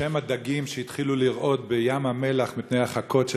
בשם הדגים שהתחילו לרעוד בים-המלח מפני החכות,